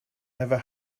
never